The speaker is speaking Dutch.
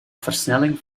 versnelling